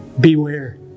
beware